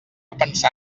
pensar